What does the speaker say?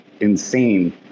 insane